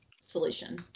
solution